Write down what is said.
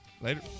Later